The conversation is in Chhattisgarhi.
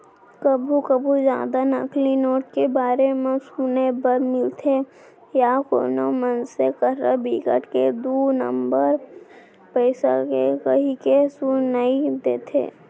कभू कभू जादा नकली नोट के बारे म सुने बर मिलथे या कोनो मनसे करा बिकट के दू नंबर पइसा हे कहिके सुनई देथे